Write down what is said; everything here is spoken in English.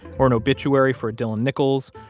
or an obituary for a dylan nichols,